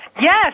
Yes